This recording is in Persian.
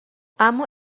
اما